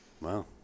wow